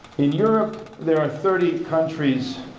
in europe there are thirty countries